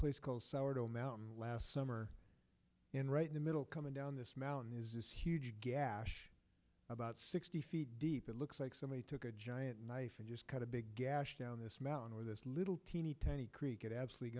place called sourdough mound last summer and right in the middle coming down this mountain is this huge gash about sixty feet deep it looks like somebody took a giant knife and just cut a big gash down this mountain of this little teeny tiny creek it absolutely